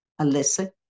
Alyssa